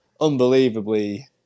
unbelievably